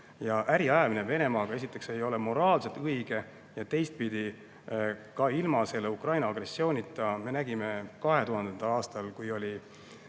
ja äriajamine Venemaaga esiteks ei ole moraalselt õige ja teistpidi ka ilma Ukraina-vastase agressioonita oli 2000. aastal, kui oli